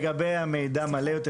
לגבי המידע המלא יותר,